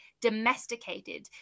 domesticated